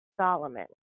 Solomon